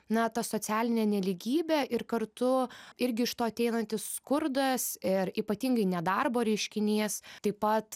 na ta socialinė nelygybė ir kartu irgi iš to ateinantis skurdas ir ypatingai nedarbo reiškinys taip pat